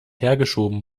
hergeschoben